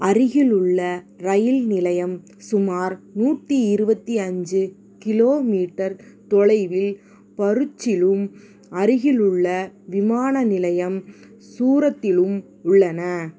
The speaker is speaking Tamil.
அருகிலுள்ள ரயில் நிலையம் சுமார் நூற்றி இருபத்தி அஞ்சு கிலோ மீட்டர் தொலைவில் பரூச்சிலும் அருகிலுள்ள விமான நிலையம் சூரத்திலும் உள்ளன